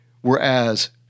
Whereas